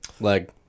Leg